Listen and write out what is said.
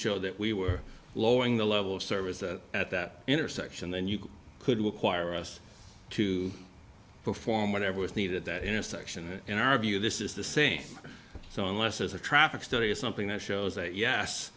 show that we were lowering the level of service at that intersection then you could require us to perform whatever was needed at that intersection in our view this is the same so much as a traffic study is something that shows that yes